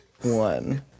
one